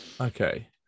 Okay